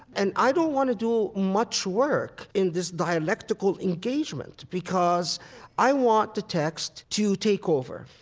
and i don't want to do much work in this dialectical engagement because i want the text to take over.